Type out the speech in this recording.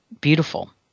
beautiful